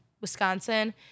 Wisconsin